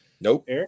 Nope